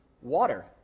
water